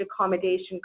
accommodation